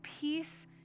peace